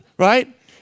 Right